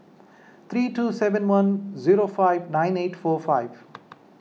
three two seven one zero five nine eight four five